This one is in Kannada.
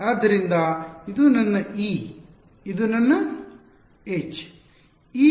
ಆದ್ದರಿಂದ ಇದು ನನ್ನ E ಇದು ನನ್ನ H